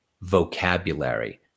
vocabulary